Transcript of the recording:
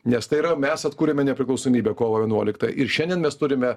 nes tai yra mes atkūrėme nepriklausomybę kovo vienuoliktą ir šiandien mes turime